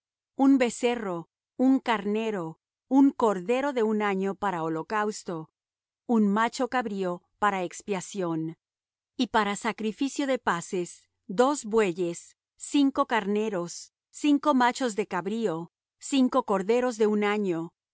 un becerro un carnero un cordero de un año para holocausto un macho cabrío para expiación y para sacrificio de paces dos bueyes cinco carneros cinco machos de cabrío cinco corderos de un año